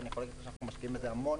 ואני יכול להגיד שאנחנו משקיעים בזה המון,